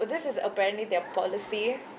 this is apparently their policy